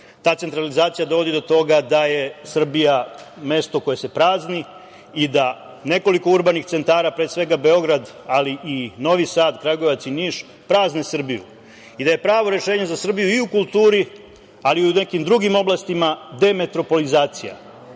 centralizacija dovodi do toga da je Srbija mesto koje se prazni i da nekoliko urbanih centara, pre svega Beograd, ali i Novi Sad, Kragujevac i Niš, prazne Srbiju i da je pravo rešenje za Srbiju i u kulturi, ali i u nekim drugim oblastima demetropolizacija.